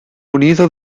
unido